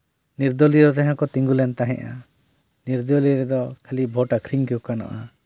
ᱱᱤᱨᱫᱚᱞᱤᱭᱚ ᱡᱟᱦᱟᱸᱭ ᱠᱚ ᱛᱤᱸᱜᱩ ᱞᱮᱱ ᱛᱟᱦᱮᱸᱫᱼᱟ ᱱᱤᱨᱫᱚᱞᱤᱭᱚ ᱨᱮᱫᱚ ᱠᱷᱟᱹᱞᱤ ᱵᱷᱳᱴ ᱟᱹᱠᱷᱨᱤᱧ ᱠᱚ ᱜᱟᱱᱚᱜᱼᱟ